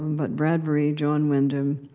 but bradbury, john wyndham.